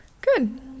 Good